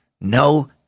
No